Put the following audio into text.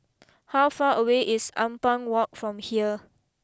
how far away is Ampang walk from here